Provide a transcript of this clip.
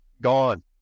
gone